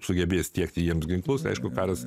sugebės tiekti jiems ginklus aišku karas